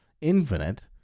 infinite